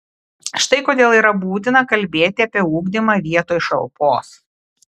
štai kodėl yra būtina kalbėti apie ugdymą vietoj šalpos